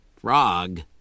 Frog